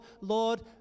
Lord